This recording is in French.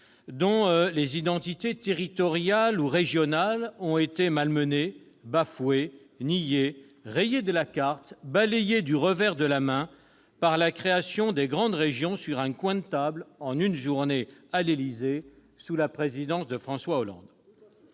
dont les identités territoriales ou régionales ont été malmenées, bafouées, niées, rayées de la carte, balayées du revers de la main par la création de grandes régions sur un coin de table, en une journée, à l'Élysée, sous la présidence de François Hollande.